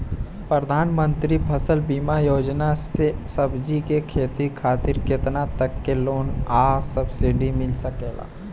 प्रधानमंत्री फसल बीमा योजना से सब्जी के खेती खातिर केतना तक के लोन आ सब्सिडी मिल सकेला?